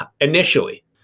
initially